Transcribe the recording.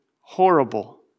horrible